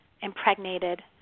impregnated